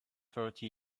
thirty